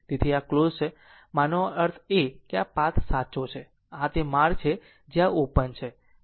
તેથી આ ક્લોઝ છે અને આનો અર્થ છે કે આ પાથ સાચો છે આ તે માર્ગ છે જે આ ઓપન છે